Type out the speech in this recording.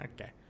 Okay